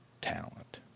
talent